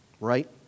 right